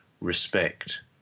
respect